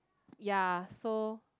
ya so